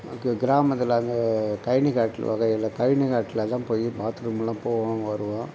அ க கிராமத்தில் அந்த கழனி காட்டில் வகையில் கழனி காட்டில் தான் போய் பாத் ரூமெலாம் போவோம் வருவோம்